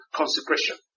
consecration